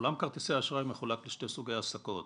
עולם כרטיסי האשראי מחולק לשתי סוגי עסקות